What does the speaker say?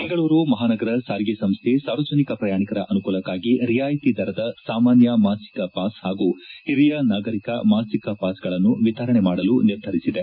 ಬೆಂಗಳೂರು ಮಹಾನಗರ ಸಾರಿಗೆ ಸಂಸ್ಥ ಸಾರ್ವಜನಿಕ ಪ್ರಯಾಣಿಕರ ಅನುಕೂಲಕ್ಷಾಗಿ ರಿಯಾಯಿತಿ ದರದ ಸಾಮಾನ್ಯ ಮಾಸಿಕ ಪಾಸ್ ಹಾಗೂ ಹಿರಿಯ ನಾಗರಿಕ ಮಾಸಿಕ ಪಾಸ್ಗಳನ್ನು ವಿತರಣೆ ಮಾಡಲು ನಿರ್ಧರಿಸಿದೆ